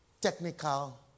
technical